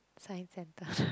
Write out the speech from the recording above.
Science Centre